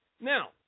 Now